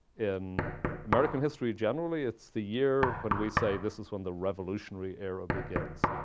in american history, generally. it's the year when we say, this is when the revolutionary era begins.